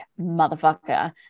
motherfucker